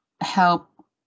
help